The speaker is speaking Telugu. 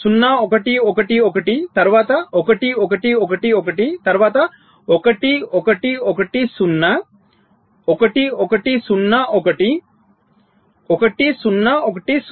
0 1 1 1 తరువాత 1 1 1 1 తరువాత 1 1 1 0 1 1 0 1 1 0 1 0